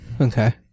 Okay